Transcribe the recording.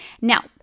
Now